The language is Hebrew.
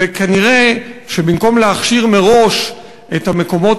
ונראה שבמקום להכשיר מראש את המקומות